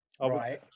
Right